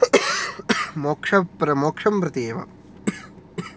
मोक्ष प् मोक्षं प्रति एव